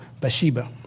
Bathsheba